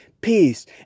peace